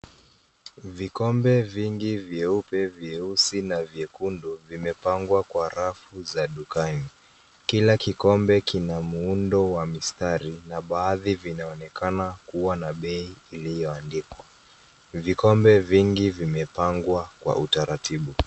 Vikombe vingi vyeupe, vyeusi, na vyekundu, vimepangwa kwa rafu za dukani. Kila kikombe kina muundo wa mistari, na baadhi vinaonekana kua na bei iliyoandikwa. Vikombe vingi vimepangwa kwa utaratibu.